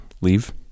leave